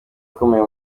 ukomeye